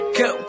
go